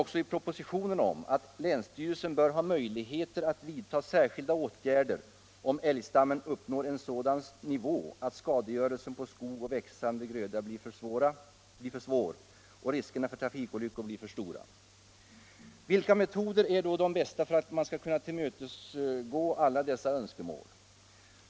också i propositionen om att länsstyrelserna bör ha möjligheter att vidta särskilda åtgärder, om älgstammen uppnår en sådan nivå att skadegörelsen på skog och växande gröda blir för svår och riskerna för trafikolyckor för stora. Vilka metoder är då de bästa för att man skall kunna tillgodose alla dessa önskemål?